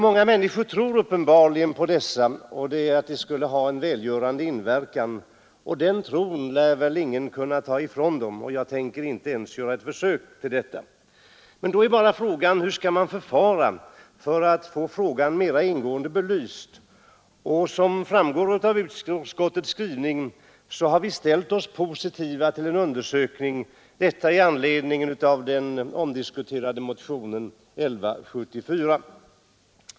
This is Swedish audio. Många människor tror uppenbarligen att dessa mediciner har en välgörande inverkan. Den tron lär väl ingen kunna ta ifrån dem, och jag tänker inte ens göra något försök i den vägen. Men då är frågan hur man skall förfara för att få den här saken mera ingående belyst. Som framgår av utskottets skrivning har vi ställt oss positiva till en undersökning i anledning av den omdiskuterade motionen 1174.